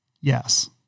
Yes